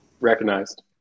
recognized